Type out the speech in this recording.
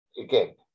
again